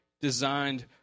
designed